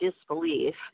disbelief